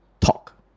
Talk